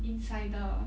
insider